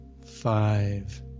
five